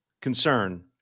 concern